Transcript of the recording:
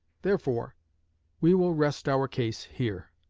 therefore we will rest our case here.